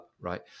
right